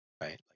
right